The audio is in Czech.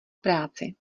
práci